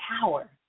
power